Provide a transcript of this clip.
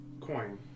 coin